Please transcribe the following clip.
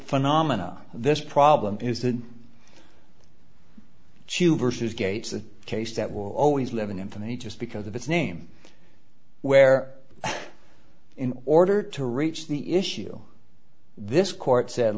phenomena this problem is the chew versus gates the case that will always live in infamy just because of its name where in order to reach the issue this court said